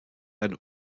ein